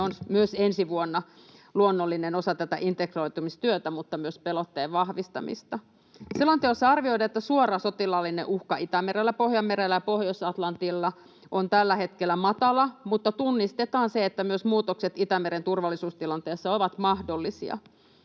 on myös ensi vuonna luonnollinen osa tätä integroitumistyötä mutta myös pelotteen vahvistamista. Selonteossa arvioidaan, että suora sotilaallinen uhka Itämerellä, Pohjanmerellä ja Pohjois-Atlantilla on tällä hetkellä matala, mutta tunnistetaan se, että myös muutokset Itämeren turvallisuustilanteessa ovat mahdollisia.